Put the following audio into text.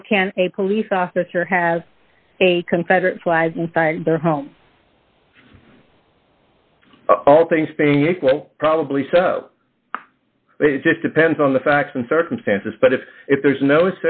so can a police officer have a confederate flag home all things being equal probably so it just depends on the facts and circumstances but if if there's no